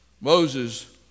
Moses